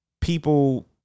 people